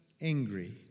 angry